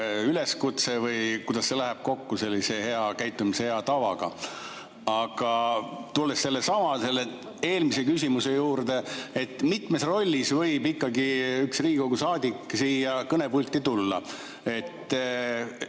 üleskutse? Või kuidas see läheb kokku käitumise hea tavaga? Aga tulles sellesama eelmise küsimuse juurde, mitmes rollis võib ikkagi üks Riigikogu saadik siia kõnepulti tulla?